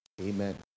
Amen